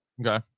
Okay